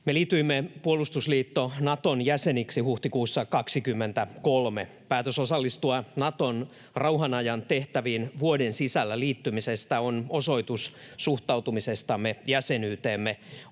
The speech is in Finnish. Me liityimme puolustusliitto Naton jäseneksi huhtikuussa 2023. Päätös osallistua Naton rauhanajan tehtäviin vuoden sisällä liittymisestä on osoitus suhtautumisestamme jäsenyyteemme: